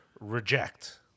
Reject